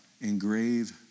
engrave